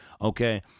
okay